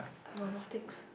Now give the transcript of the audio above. robotic